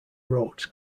roads